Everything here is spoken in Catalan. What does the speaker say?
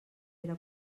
era